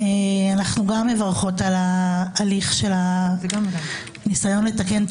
אנחנו גם מברכות על ההליך של הניסיון לתקן את